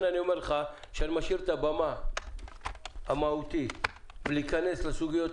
אני משאיר את הבמה המהותית להיכנס לסוגיות